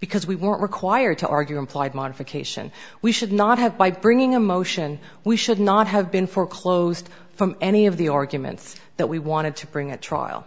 because we were required to argue implied modification we should not have by bringing a motion we should not have been foreclosed from any of the arguments that we wanted to bring at trial